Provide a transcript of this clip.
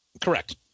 Correct